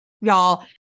Y'all